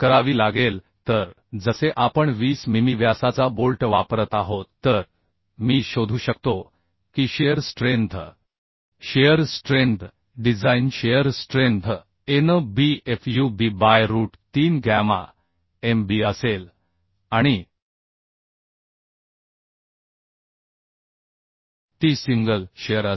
करावी लागेल तर जसे आपण 20 मिमी व्यासाचा बोल्ट वापरत आहोत तर मी शोधू शकतो की shear strength shear strength design shear strength a n b f u b by root 3 gamma m b असेल आणि ती सिंगल शिअर असेल